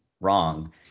wrong